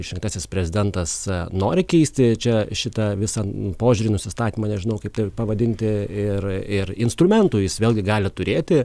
išrinktasis prezidentas nori keisti čia šitą visą nu požiūrį nusistatymą nežinau kaip tai pavadinti ir ir instrumentų jis vėlgi gali turėti